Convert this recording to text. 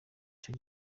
ico